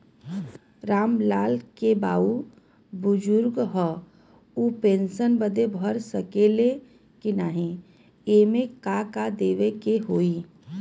राम लाल के बाऊ बुजुर्ग ह ऊ पेंशन बदे भर सके ले की नाही एमे का का देवे के होई?